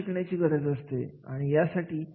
कारण मालकीहक्क शिवाय कोणतेही कार्य सफल होत नाही